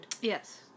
Yes